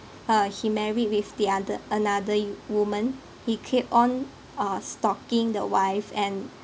uh he married with the other another y~ woman he keep on uh stalking the wife and